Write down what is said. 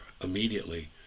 immediately